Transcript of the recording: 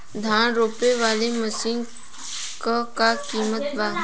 धान रोपे वाली मशीन क का कीमत बा?